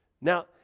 Now